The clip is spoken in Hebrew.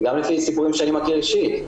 וגם לפי סיפורים שאני מכיר אישית,